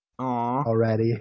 already